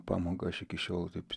pamoką aš iki šiol taip